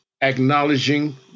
Acknowledging